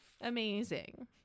amazing